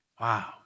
Wow